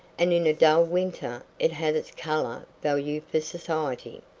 and in a dull winter it had its color value society.